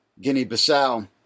Guinea-Bissau